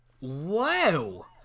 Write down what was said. Wow